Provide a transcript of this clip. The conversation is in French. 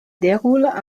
déroulent